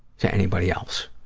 to anybody else?